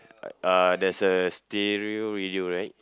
uh there's a stereo radio right